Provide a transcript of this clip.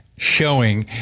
Showing